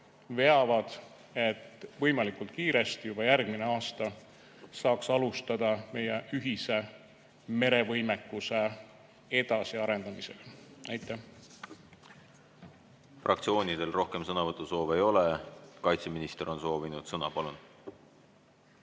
veavad, et võimalikult kiiresti, juba järgmisel aastal saaks alustada meie ühise merevõimekuse edasiarendamist. Fraktsioonidel rohkem sõnavõtusoove ei ole. Kaitseminister on soovinud sõna. Palun!